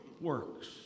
works